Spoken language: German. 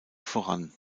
voran